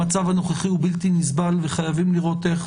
המצב הנוכחי הוא בלתי נסבל וחייבים לראות איך